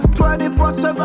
24-7